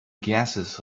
gases